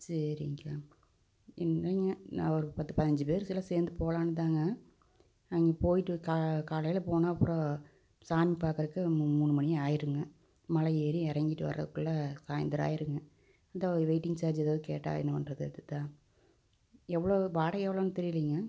சரிங்க்கா இல்லைங்க நான் ஒரு பத்து பதினஞ்சு பேர் போல சேர்ந்து போகலான்னு தாங்க அங்கே போய்ட்டு கா காலையில் போனால் அப்புறம் சாமி பார்க்குறக்கு மூணு மணி ஆயிருங்க மலை ஏறி இறங்கிட்டு வரதுக்குள்ள சாயந்தரம் ஆயிடுங்க இந்த வெயிட்டிங் சார்ஜ் ஏதாவது கேட்டால் என்ன பண்ணுறது அதுக்கு தான் எவ்வளோ வாடகை எவ்வளோன்னு தெரியிலைங்க